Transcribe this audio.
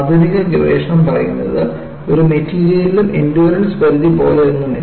ആധുനിക ഗവേഷണം പറയുന്നത് ഒരു മെറ്റീരിയലിലും എൻഡ്യൂറൻസ് പരിധി പോലെയൊന്നുമില്ല